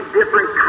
different